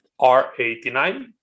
r89